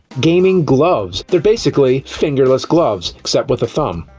gaming gloves. they're basically, fingerless gloves. except with a thumb.